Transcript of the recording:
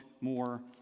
more